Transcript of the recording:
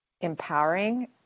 empowering